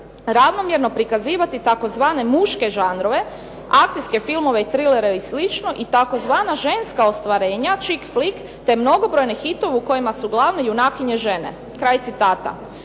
ravnomjerno prikazivati tzv. muške žanrove, akcije filmove, trilere i slično i tzv. ženska ostvarenja chik flick te mnogobrojne hitove u kojima su glavne junakinje žene". Bojim